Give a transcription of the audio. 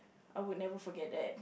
I would never forget that